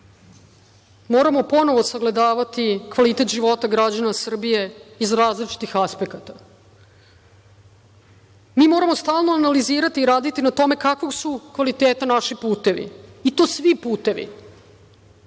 moramo ponovo sagledavati kvalitet života građana Srbije iz različitih aspekata. Mi moramo stalno analizirati i raditi na tome kakvog su kvaliteta naši putevi i to svi putevi